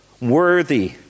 worthy